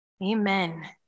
Amen